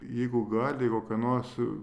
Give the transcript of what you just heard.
jeigu gali kokią nors